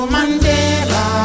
Mandela